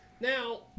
Now